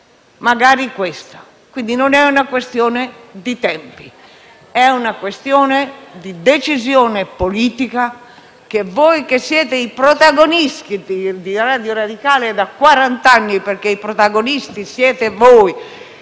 magari questa. Non è una questione di tempi, quindi, ma è una questione di decisione politica. Voi che siete i protagonisti di Radio Radicale da quarant'anni - perché i protagonisti siete voi